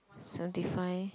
seventy five